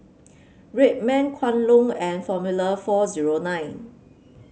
Red Man Kwan Loong and Formula four zero nine